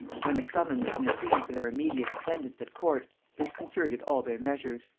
when a summons from the queen for their immediate attendance at court disconcerted all their measures.